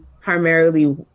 primarily